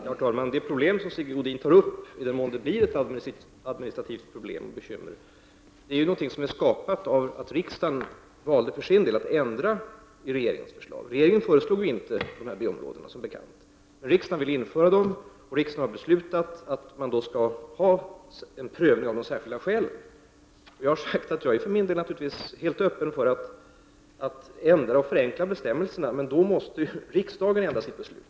Herr talman! Det problem som Sigge Godin tar upp —- i den mån det blir ett administrativt problem och ett bekymmer — är något som har skapats av att riksdagen för sin del valde att ändra i regeringens förslag. Regeringen föreslog som bekant inte dessa B-områden. Riksdagen ville införa dem, och riksdagen har beslutat om att man skall ha en prövning av de särskilda skälen. Jag har sagt att jag för min del naturligtvis är öppen för att ändra och förenkla bestämmelserna. Om det skall kunna ske måste dock riksdagen ändra sitt beslut.